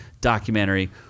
documentary